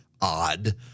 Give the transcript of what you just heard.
odd